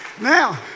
Now